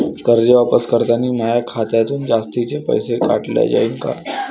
कर्ज वापस करतांनी माया खात्यातून जास्तीचे पैसे काटल्या जाईन का?